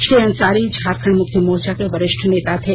श्री अंसारी झारखंड मुक्ति मोर्चा के वरिष्ठ नेता थे